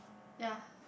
ya